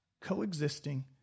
coexisting